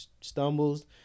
stumbles